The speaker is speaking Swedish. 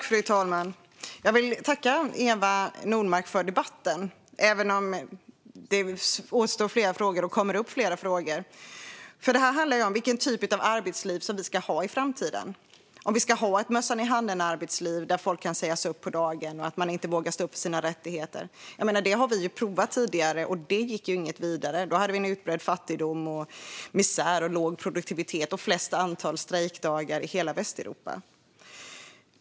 Fru talman! Jag vill tacka Eva Nordmark för debatten, även om flera frågor återstår och det kommer upp fler frågor. Det handlar om vilken typ av arbetsliv vi ska ha i framtiden. Ska vi ha ett mössan-i-handen-arbetsliv där folk kan sägas upp på dagen och där man inte vågar stå upp för sina rättigheter? Det har vi provat tidigare, och det gick inget vidare. Då hade vi en utbredd fattigdom, misär, låg produktivitet och flest antal strejkdagar i hela Västeuropa.